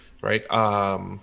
right